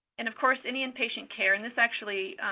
and of course, any inpatient care, and this actually